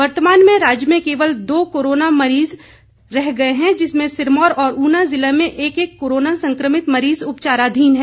वर्तमान में राज्य में केवल दो कोरोना संक्रमित मरीज रह गए हैं जिसमें सिरमौर और ऊना ज़िला में एक एक कोरोना संक्रमित मरीज उपचाराधीन हैं